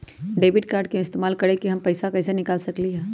Debit card के इस्तेमाल करके हम पैईसा कईसे निकाल सकलि ह?